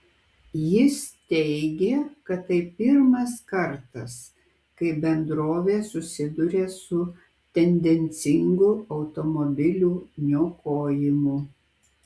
jis teigė kad tai pirmas kartas kai bendrovė susiduria su tendencingu automobilių niokojimu